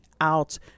out